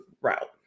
route